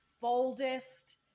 boldest